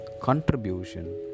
contribution